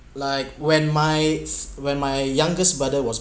like when my when my youngest brother was